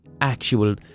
actual